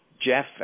Jeff